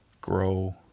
grow